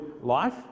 life